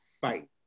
fight